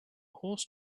horse